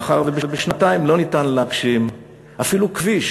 מאחר שבשנתיים לא ניתן להגשים אפילו כביש,